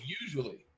Usually